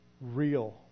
real